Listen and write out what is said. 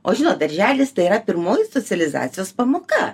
o žino darželis tai yra pirmoji socializacijos pamoka